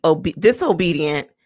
disobedient